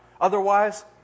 Otherwise